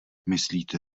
myslíte